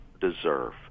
deserve